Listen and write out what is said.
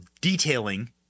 detailing